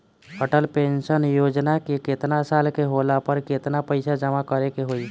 Atal pension योजना मे केतना साल के होला पर केतना पईसा जमा करे के होई?